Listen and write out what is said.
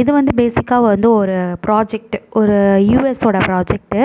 இது வந்து பேசிக்காக வந்து ஒரு ப்ராஜக்ட்டு ஒரு யூஎஸ்ஸோடா ப்ராஜக்ட்டு